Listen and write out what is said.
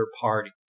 Party